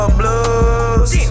blues